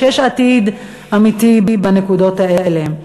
שיש עתיד אמיתי בנקודות האלה.